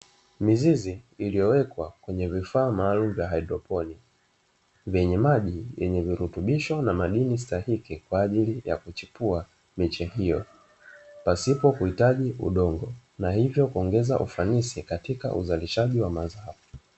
Mizizi iliyo nwekwa kwenye vifaa maalumu vya haidroponi, vyenye maji yenye virutubisho na madini stahiki kwajili ya kuchipua miche hiyo pasipo kuhitaji udongo na hivyo kuongeza ufanisi katika uzalishaji wa mazao.